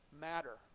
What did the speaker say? matter